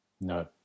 No